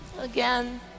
Again